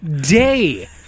day